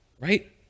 right